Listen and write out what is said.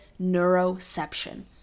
neuroception